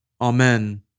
Amen